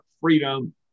freedom